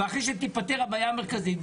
אחרי שתיפתר הבעיה המרכזית,